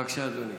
בבקשה, אדוני.